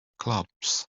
clubs